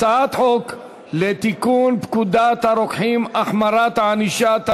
הצעת חוק לתיקון פקודת הרוקחים (החמרת הענישה),